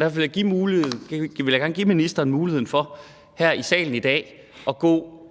Derfor vil jeg gerne give ministeren muligheden for her i salen i dag at gå